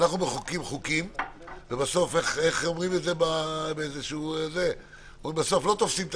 אנחנו מחוקקים חוקים ובסוף לא תופסים את